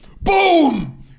Boom